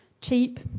Cheap